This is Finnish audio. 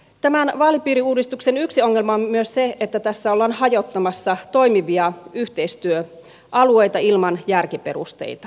tämän vaalipiiriuudistuksen yksi ongelma on myös se että tässä ollaan hajottamassa toimivia yhteistyöalueita ilman järkiperusteita